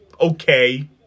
okay